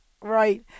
Right